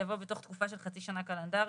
יבוא: בתוך תקופה של חצי שנה קלנדרית.